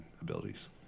abilities